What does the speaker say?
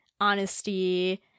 honesty